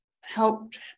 helped